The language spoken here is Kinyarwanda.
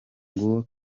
nguwo